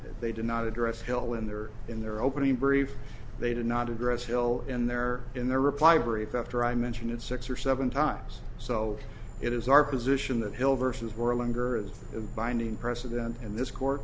they did not address hill in their in their opening brief they did not address hill in their in their reply brief after i mentioned it six or seven times so it is our position that hill versions were longer of binding precedent in this court